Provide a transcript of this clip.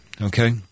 Okay